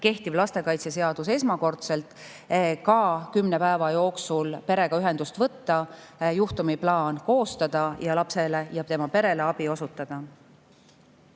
kehtiv lastekaitseseadus, 10 päeva jooksul perega ühendust võtta, juhtumiplaan koostada ja lapsele ja tema perele abi osutada.